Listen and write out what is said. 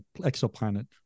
exoplanet